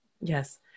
Yes